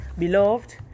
Beloved